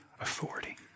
authority